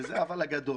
וזה האבל הגדול